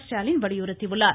ஸ்டாலின் வலியுறுத்தியுள்ளார்